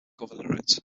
governorate